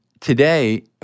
Today